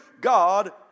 God